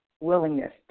willingness